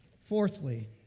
Fourthly